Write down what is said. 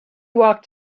walked